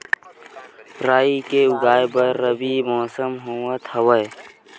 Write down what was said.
राई के उगाए बर रबी मौसम होवत हवय?